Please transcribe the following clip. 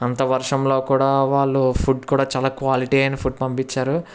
అంత వర్షంలో కూడా వాళ్ళు ఫుడ్ కూడా చాలా క్వాలిటీ అయిన ఫుడ్ పంపించారు